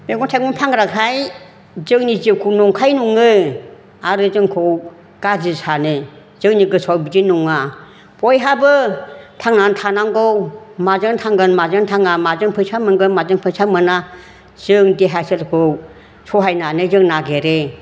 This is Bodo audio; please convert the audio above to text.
मैगं थाइगं फानग्राखाय जोंनि जिउखौ नंखाय नङो आरो जोंखौ गाज्रि सानो जोंनि गोसोआव बिदि नङा बयहाबो थांनानै थानांगौ माजों थांगोन माजों थांङा माजों फैसा मोनगोन माजों फैसा मोना जों देहाफोरखौ सहायनानै जों नागिरो